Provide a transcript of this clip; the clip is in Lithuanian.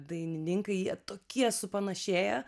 dainininkai jie tokie supanašėję